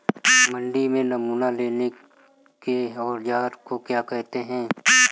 मंडी में नमूना लेने के औज़ार को क्या कहते हैं?